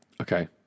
Okay